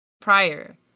prior